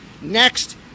Next